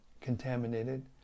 contaminated